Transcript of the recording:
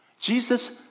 Jesus